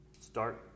start